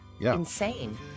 insane